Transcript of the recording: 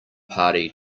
party